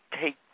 take